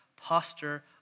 posture